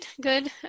good